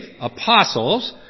apostles